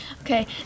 Okay